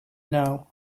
know